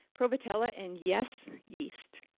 prevotella and yes, yeast.